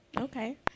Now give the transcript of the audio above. okay